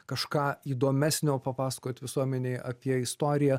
kažką įdomesnio papasakot visuomenei apie istoriją